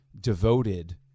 devoted